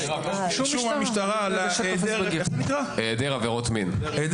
בנושא עבירות מין,